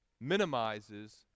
minimizes